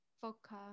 vodka